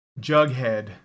Jughead